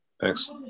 Thanks